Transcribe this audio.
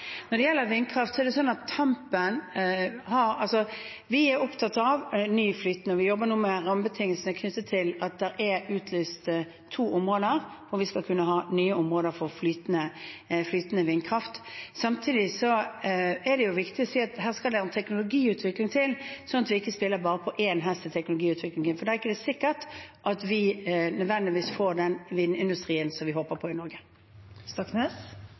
Når det gjelder vindkraft, er det sånn at vi er opptatt av ny flytende vindkraft. Vi jobber nå med rammebetingelsene knyttet til at det er utlyst to områder, og vi skal kunne ha nye områder for flytende vindkraft. Samtidig er det viktig å si at det skal en teknologiutvikling til, så vi ikke spiller bare på én hest i teknologiutviklingen, for da er det ikke sikkert at vi nødvendigvis får den vindindustrien som vi håper på i